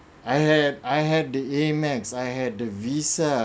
I had I had the amex I had the visa